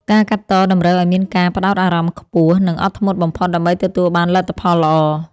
ការកាត់តតម្រូវឱ្យមានការផ្ដោតអារម្មណ៍ខ្ពស់ និង អត់ធ្មត់បំផុតដើម្បីទទួលបានលទ្ធផលល្អ។